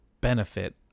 benefit